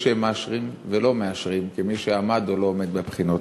שמאשרים ולא מאשרים כמי שעמד או לא עומד בבחינות?